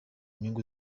nyungu